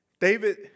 David